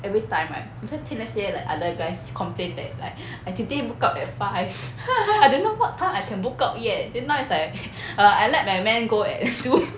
everytime right 你每次听那些 like other guys complain that like I today book out at five I didn't know what time I can book out yet then now it's like err I let my man go at two